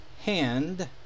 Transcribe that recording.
hand